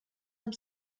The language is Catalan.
amb